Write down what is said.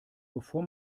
bevor